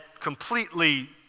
completely